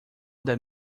that